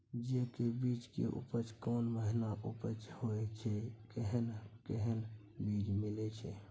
जेय के बीज के उपज कोन महीना उपज होय छै कैहन कैहन बीज मिलय छै?